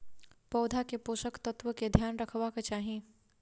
पौधा के पोषक तत्व के ध्यान रखवाक चाही